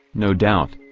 no doubt,